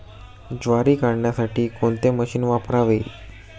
ज्वारी काढण्यासाठी कोणते मशीन वापरावे?